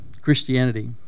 Christianity